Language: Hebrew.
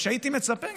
מה שהייתי מצפה,